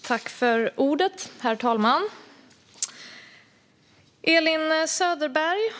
Herr talman!